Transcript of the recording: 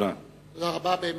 באמת,